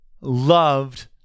loved